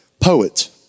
poet